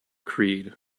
creed